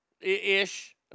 Ish